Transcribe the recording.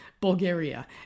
Bulgaria